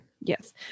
Yes